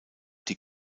die